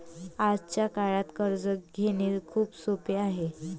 आजच्या काळात कर्ज घेणे खूप सोपे आहे